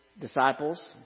disciples